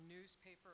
newspaper